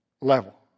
level